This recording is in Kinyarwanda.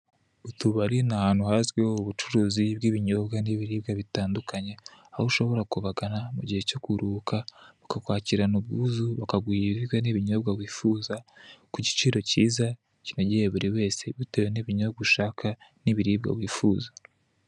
Utubari ni ahantu hazwiho ubucuruzi bw'ibinyobwa n'ibiribwa bitandukanye aho ushobora kubagana mu gihe cyo kuruhuka bakakwakirana ubwuzu bakaguha ibiribwa n'ibinyobwa wifuza ku giciro cyiza kinogeye buri wese bitewe n'ibinyobwa ushaka n'ibiribwa wifuza.